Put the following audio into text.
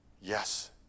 Yes